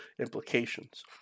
implications